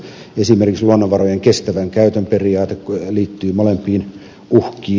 esimerkiksi luonnonvarojen kestävän käytön periaate liittyy molempiin uhkiin